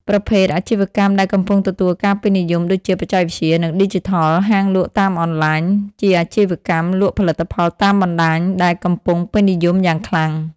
ប្រភេទអាជីវកម្មដែលកំពុងទទួលការពេញនិយមដូចជាបច្ចេកវិទ្យា និងឌីជីថលហាងលក់តាមអនឡាញ ជាអាជីវកម្មលក់ផលិតផលតាមបណ្តាញដែលកំពង់ពេញនិយមយ៉ាងខ្លាំង។